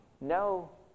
No